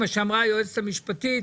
מה שאמרה היועצת המשפטית,